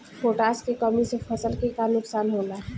Potash के कमी से फसल के का नुकसान होला?